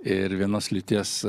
ir vienos lyties